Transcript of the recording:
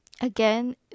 again